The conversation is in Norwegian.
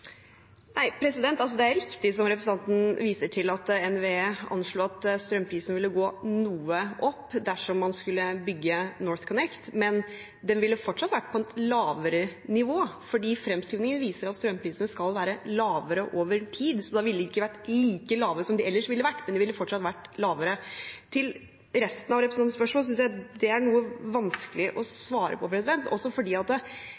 Det er riktig som representanten viser til, at NVE anslo at strømprisen ville gå noe opp dersom man skulle bygge NorthConnect, men den ville fortsatt vært på et lavere nivå fordi fremskrivningen viser at strømprisene skal være lavere over tid. De ville ikke vært like lave som de ellers ville vært, men de ville fortsatt vært lavere. Resten av representantens spørsmål synes jeg det er noe vanskelig å svare på, også fordi